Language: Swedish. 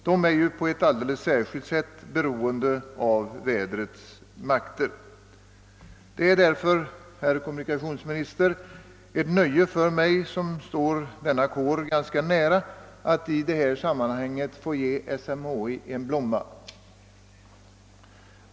De är ju på ett alldeles särskilt sätt beroende av vädrets makter. Det är därför, herr kommunikationsminister, ett nöje för mig som står denna kår ganska nära att i detta sammanhang få ge SMHI en blomma.